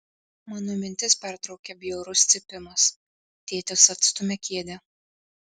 mano mintis pertraukia bjaurus cypimas tėtis atstumia kėdę